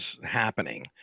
happening